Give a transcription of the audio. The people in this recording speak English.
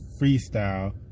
freestyle